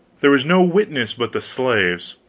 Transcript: there was no witness but the slaves.